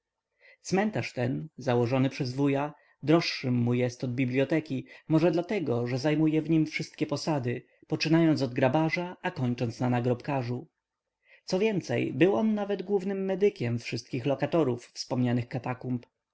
cmentarz ten założony przez wuja droższym mu jest od biblioteki może dlatego że zajmuje w nim wszystkie posady poczynając od grabarza a kończąc na nagrobkarzu co więcej był on nawet głównym medykiem wszystkich lokatorów